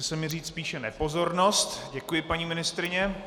Chce se mi říct spíše nepozornost, děkuji, paní ministryně.